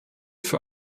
für